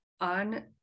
on